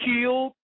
Killed